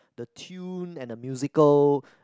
the tune and the musical